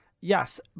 Yes